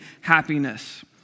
happiness